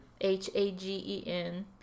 H-A-G-E-N